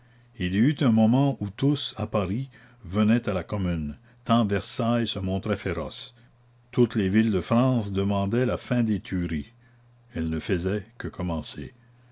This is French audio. il y eut un moment où tous à paris venaient à la commune tant versailles se montrait féroce toutes les villes de france demandaient la fin des tueries elles ne faisaient que